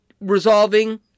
resolving